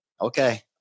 Okay